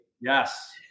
Yes